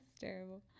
Terrible